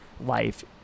life